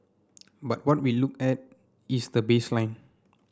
but what we look at is the baseline